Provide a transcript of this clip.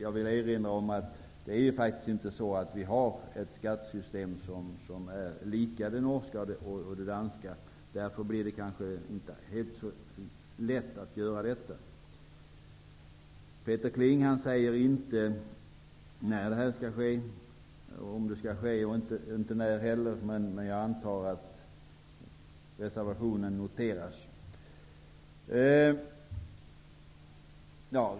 Jag vill erinra om att vi faktiskt inte har ett skattesystem som är likt det norska och det danska. Det blir därför kanske inte helt lätt att göra en sådan förändring. Peter Kling säger ingenting om när detta bör ske. Men jag antar att reservationen noteras.